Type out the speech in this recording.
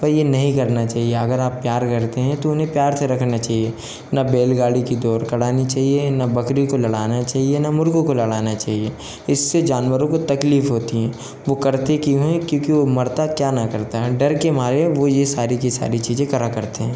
पर ये नहीं करना चाहिए अगर आप प्यार करते हैं तो उन्हें प्यार से रखना चाहिए ना बैलगाड़ी की दौड़ करानी चाहिए ना बकरी को लड़ाना चाहिए ना मुर्गो को लड़ाना चाहिए इससे जानवरों को तकलीफ होती हैं वो करती क्यों हैं क्योंकि वो मरता क्या ना करता है डर के मारे वो ये सारी की सारी चीज़ें करा करते हैं